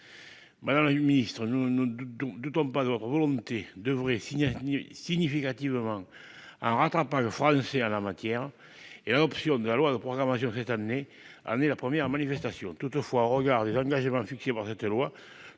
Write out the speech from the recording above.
nous, nous, nous ne sommes pas de votre volonté devrait signer significativement en rentrant pas le Français à la matière et l'option de la loi de programmation cette année année la première manifestation toutefois au regard des engagements fixés par cette loi,